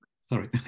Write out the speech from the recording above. Sorry